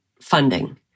funding